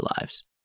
lives